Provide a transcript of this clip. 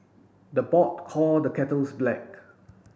the pot call the kettles black